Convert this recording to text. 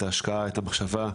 את ההשקעה, את המחשבה,